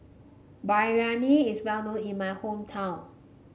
Biryani is well known in my hometown